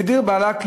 ודיר באלכ,